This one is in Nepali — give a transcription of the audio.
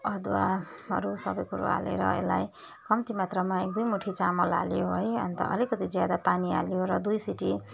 अदुवाहरू सबै कुरो हालेर यसलाई कम्ती मात्रमा एक दुई मुठी चामल हाल्यो है अन्त अलिकति ज्यादा पानी हाल्यो र दुई सिटी